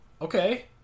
Okay